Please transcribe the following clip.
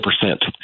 percent